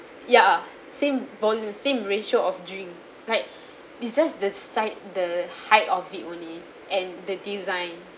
ya same volume same ratio of drink like it's just the size the height of it only and the design